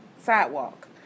sidewalk